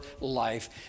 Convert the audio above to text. life